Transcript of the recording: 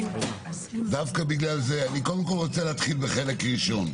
אני קודם כל רוצה להתחיל בחלק ראשון.